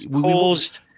caused